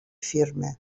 firme